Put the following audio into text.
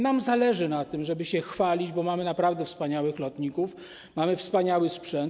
Nam zależy na tym, żeby się chwalić, bo mamy naprawdę wspaniałych lotników, mamy wspaniały sprzęt.